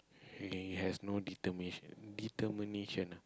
he has no determination determination